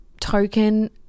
token